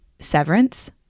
Severance